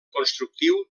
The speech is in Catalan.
constructiu